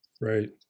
Right